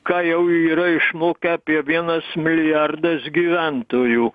ką jau yra išmokę apie vienas milijardas gyventojų